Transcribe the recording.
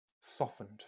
softened